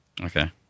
okay